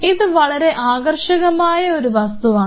ഇത് വളരെ ആകർഷകമായ ഒരു വസ്തുവാണ്